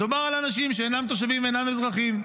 מדובר על אנשים שאינם תושבים ואינם אזרחים.